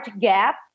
gap